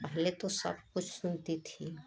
पहले तो सब कुछ सुनती थीं